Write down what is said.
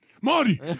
Marty